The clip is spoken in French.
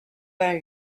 vingt